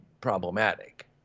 problematic